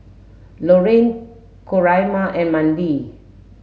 Lorraine Coraima and Mandie